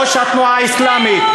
ראש התנועה האסלאמית,